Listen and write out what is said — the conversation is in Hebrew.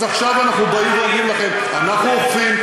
אז עכשיו אנחנו באים ואומרים לכם: אנחנו אוכפים.